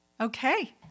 Okay